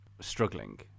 struggling